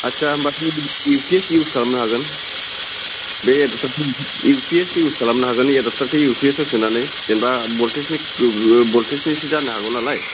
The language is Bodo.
आदसा होनबाथ' इउपिएस इउस खालामनो हागोन बे एडाबतार इउपिएस इउस खालामनो हागोन एडाबतारखौ इउपिएसआव सोनानै जेनेबा भल्टटेजनि गो ओह भल्टटेजनिसो जानो हागौ नालाय